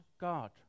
God